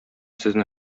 сезне